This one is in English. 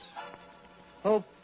Hope